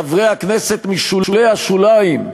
חברי הכנסת משולי השוליים,